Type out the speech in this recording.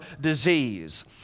disease